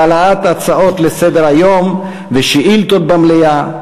בהעלאת הצעות לסדר-היום ושאילתות במליאה,